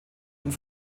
und